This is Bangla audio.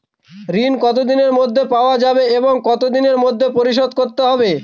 ঋণ কতদিনের মধ্যে পাওয়া যাবে এবং কত দিনের মধ্যে পরিশোধ করতে হবে?